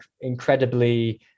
incredibly